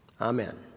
amen